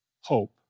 hope